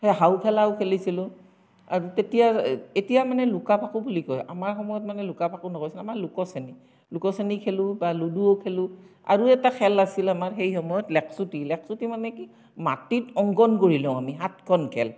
সেই হাউ খেলাও খেলিছিলোঁ আৰু তেতিয়াৰ এতিয়া মানে লুকা ভাকু বুলি কয় আমাৰ সময়ত মানে লুকা ভাকু নকৈছিল আমাৰ লোক শ্ৰেণী লোক শ্ৰেণী খেলোঁ বা লুডুও খেলোঁ আৰু এটা খেল আছিল আমাৰ সেই সময়ত লেকচুটি লেকচুটি মানে কি মাটিত অংকন কৰি লওঁ আমি সাতখন খেল